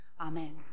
Amen